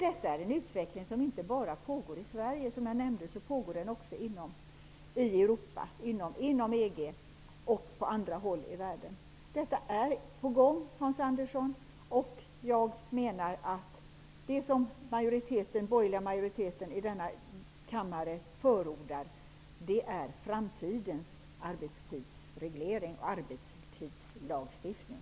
Detta är en utveckling som pågår inte bara i Sverige. Som jag nämnde, pågår den inom EG och på andra håll i världen. Detta är på gång, Hans Andersson, och jag menar att det som den borgerliga majoriteten i denna kammare förordar är framtidens arbetstidsreglering och arbetstidslagstiftning.